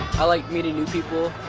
i like meeting new people,